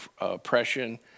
oppression